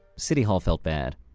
city hall felt bad.